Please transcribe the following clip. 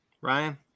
Ryan